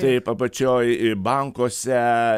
taip apačioj bankuose